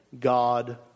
God